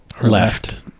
left